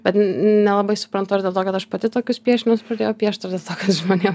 bet nelabai suprantu ar dėl to kad aš pati tokius piešinius pradėjau piešt ar dėl to kad žmonėm